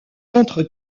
contre